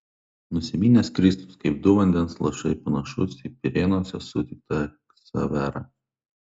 nusiminęs kristus kaip du vandens lašai panašus į pirėnuose sutiktą ksaverą